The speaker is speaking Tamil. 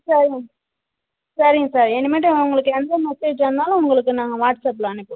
சரிங்க சரிங்க சார் இனிமேட்டு உங்களுக்கு எந்த மெஸேஜாக இருந்தாலும் உங்களுக்கு நாங்கள் வாட்ஸ்அப்பில் அனுப்புகிறோம்